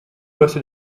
poste